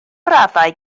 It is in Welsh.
raddau